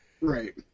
Right